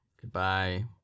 Goodbye